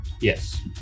Yes